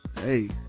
Hey